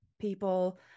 people